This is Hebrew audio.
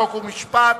חוק ומשפט